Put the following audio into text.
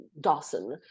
dawson